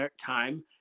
time